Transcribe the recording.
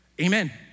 amen